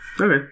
Okay